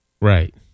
Right